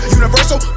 universal